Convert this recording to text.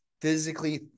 physically